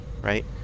right